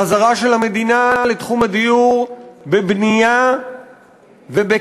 חזרה של המדינה לתחום הדיור בבנייה ובקנייה